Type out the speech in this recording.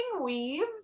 weave